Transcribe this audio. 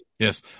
Yes